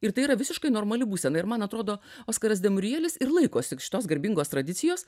ir tai yra visiškai normali būsena ir man atrodo oskaras demurielis ir laikosi šitos garbingos tradicijos